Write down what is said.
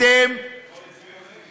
אתמול הצביעו נגד.